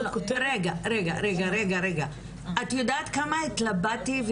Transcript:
את יודעת כמה התלבטתי,